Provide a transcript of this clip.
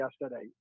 yesterday